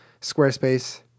Squarespace